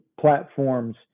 platforms